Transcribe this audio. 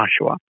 Joshua